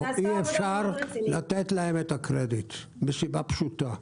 אי אפשר לתת להם את הקרדיט מסיבה פשוטה: